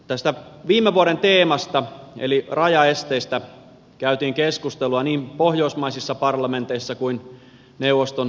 tästä viime vuoden teemasta eli rajaesteistä käytiin keskustelua niin pohjoismaisissa parlamenteissa kuin neuvoston teemaistunnossa islannissa